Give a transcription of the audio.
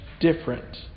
different